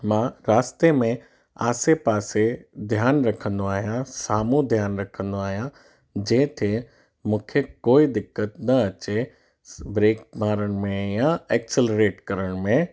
मां रास्ते में आसे पासे ध्यानु रखंदो आहियां साम्हूं ध्यानु रखंदो आहियां जंहिं ते मूंखे कोई दिक़त न अचे ब्रेक मारण में या एक्सलरेट करण में